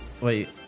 wait